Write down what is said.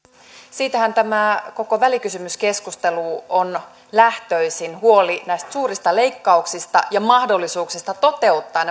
siitähän tämä koko välikysymyskeskustelu on lähtöisin huoli näistä suurista leikkauksista ja mahdollisuuksista toteuttaa